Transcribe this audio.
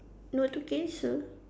no to cancer